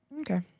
Okay